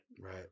Right